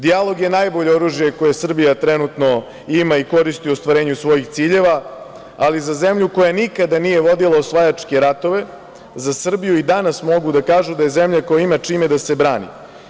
Dijalog je najbolje oružje koje Srbija trenutno ima i koristi u ostvarenju svojih ciljeva, ali za zemlju koja nikada nije vodila osvajačke ratove, za Srbiju i danas mogu da kažu da je zemlja koja ima čime da se brani.